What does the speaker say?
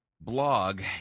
blog